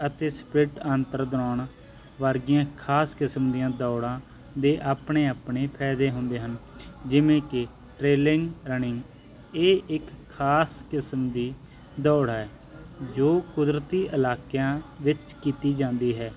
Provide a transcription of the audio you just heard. ਅਤੇ ਸਪਿਟ ਅੰਤਰ ਦੌਰਾਨ ਵਰਗੀਆਂ ਖਾਸ ਕਿਸਮ ਦੀਆਂ ਦੌੜ੍ਹਾਂ ਦੇ ਆਪਣੇ ਆਪਣੇ ਫਾਇਦੇ ਹੁੰਦੇ ਹਨ ਜਿਵੇਂ ਕਿ ਰੇਲਿੰਗ ਰਨਿੰਗ ਇਹ ਇੱਕ ਖਾਸ ਕਿਸਮ ਦੀ ਦੌੜ ਹੈ ਜੋ ਕੁਦਰਤੀ ਇਲਾਕਿਆਂ ਵਿੱਚ ਕੀਤੀ ਜਾਂਦੀ ਹੈ